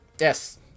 Yes